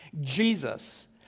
Jesus